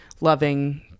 loving